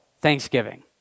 Thanksgiving